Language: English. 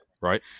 right